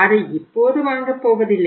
அதை இப்போது வாங்கப் போவதில்லை